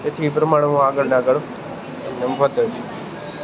તેથી એ પ્રમાણે હું આગળ ને આગળ છે